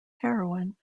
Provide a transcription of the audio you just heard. heroin